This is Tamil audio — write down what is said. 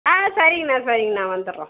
ஆ சரிங்கண்ணா சரிங்கண்ணா வந்துடுறோம்